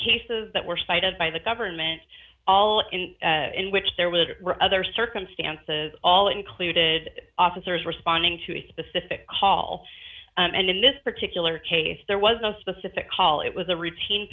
cases that were cited by the government all in which there were other circumstances all included officers responding to a specific call and in this particular case there was a specific call it was a routine